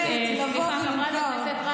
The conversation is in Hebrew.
מי שמפלג, באמת, לבוא, סליחה, חברת הכנסת רייטן.